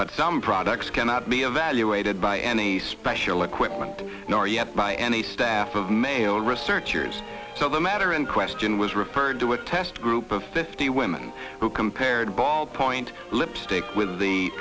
but some products cannot be evaluated by any special equipment nor yet by any staff of male researchers so the matter in question was referred to a test group of fifty women who compared ball point lipstick with the